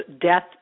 death